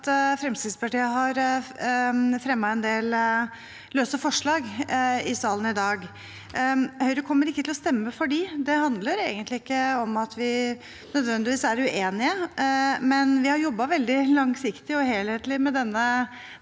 Fremskrittspartiet har fremmet en del såkalt løse forslag i salen i dag. Høyre kommer ikke til å stemme for dem. Det handler egentlig ikke om at vi nødvendigvis er uenige, men vi har jobbet veldig langsiktig og helhetlig med denne